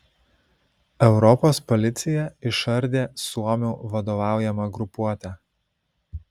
europos policija išardė suomių vadovaujamą grupuotę